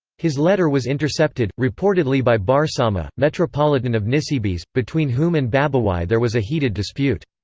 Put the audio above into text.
his letter was intercepted, reportedly by barsauma, metropolitan of nisibis, between whom and babowai there was a heated dispute.